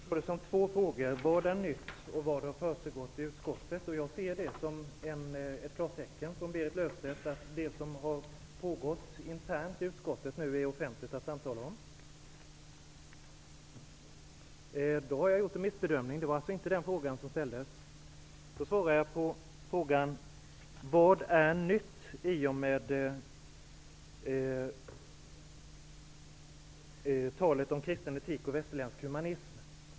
Herr talman! Jag ser det som två frågor: Vad är nytt och vad har försiggått i utskottet? Jag ser det som ett klartecken från Berit Löfstedt att det som har pågått internt i utskottet nu är offentligt och att man kan samtala om det. Jag ser att Berit Löfstedt skakar på huvudet. Då har jag gjort en missbedömning. Det var alltså inte den fråga som ställdes. Då svarar jag i stället på frågan vad som är nytt i och med talet om kristen etik och västerländsk humanism.